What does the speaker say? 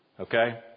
okay